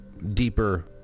deeper